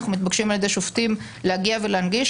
אנחנו מתבקשים על ידי שופטים להגיע ולהנגיש.